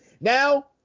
Now